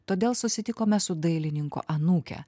todėl susitikome su dailininko anūke